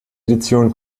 edition